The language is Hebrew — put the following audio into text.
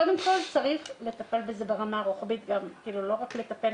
קודם כל, צריך לטפל זה ברמה רוחבית ולא רק לטפל